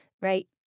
right